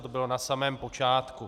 To bylo na samém počátku.